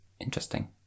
Interesting